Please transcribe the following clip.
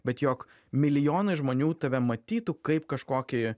bet jog milijonai žmonių tave matytų kaip kažkokį